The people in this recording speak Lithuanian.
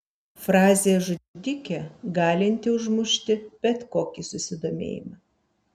frazė žudikė galinti užmušti bet kokį susidomėjimą